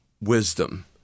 wisdom